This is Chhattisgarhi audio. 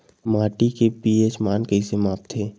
माटी के पी.एच मान कइसे मापथे?